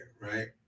right